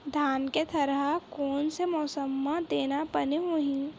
धान के थरहा कोन से मौसम म देना बने होही?